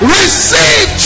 receive